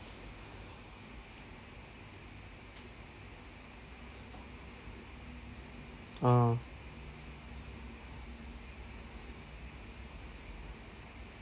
ah